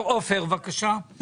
עופר כסיף, בבקשה.